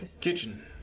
Kitchen